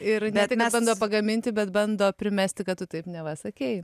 ir net nesant pagaminti bet bando primesti kad tu taip neva sakei